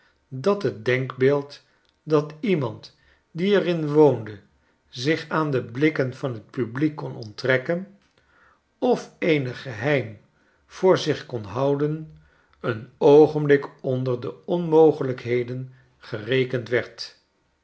dat het denkbeeldldat iemand die er in woonde zich aan de blikken van t publiek kon onttrekken of eenig geheim voor zich kon houden een oogenblik onder de onmogelijkheden gerekend werd